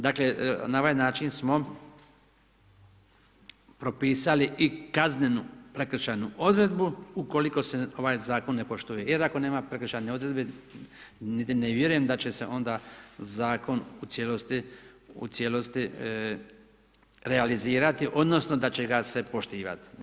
Dakle, na ovaj način smo propisali i kaznenu prekršajnu odredbu ukoliko se ovaj zakon ne poštuje, jer ako nema prekršajnih odredbi niti ne vjerujem da će se onda zakon onda u cijelosti, u cijelosti realizirati odnosno da će ga se poštivati.